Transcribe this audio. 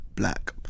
black